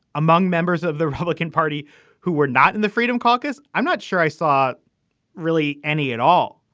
among members of the republican party who were not in the freedom caucus i'm not sure i saw really any at all.